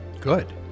good